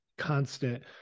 constant